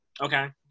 Okay